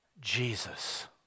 Jesus